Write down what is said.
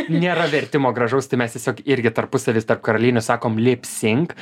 nėra vertimo gražaus tai mes tiesiog irgi tarpusavy tarp karalienių sakom lip sink